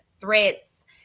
threats